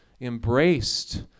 embraced